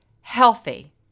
healthy